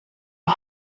are